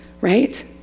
right